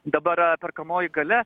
dabar perkamoji galia